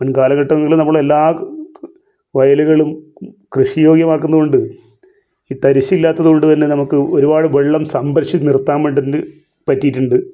മുൻകാലഘട്ടങ്ങളിൽ നമ്മൾ എല്ലാ വയലുകളും കൃഷി യോഗ്യമാക്കുന്നതുകൊണ്ട് ഈ തരിശ്ശില്ലാത്തത് കൊണ്ട് തന്നെ നമുക്ക് ഒരുപാട് വെള്ളം സംഭരിച്ച് നിർത്താൻ വേണ്ടി പറ്റിയിട്ടുണ്ട്